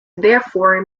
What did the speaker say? therefore